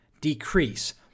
decrease